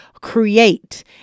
create